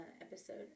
episode